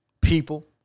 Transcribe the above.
people